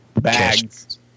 Bags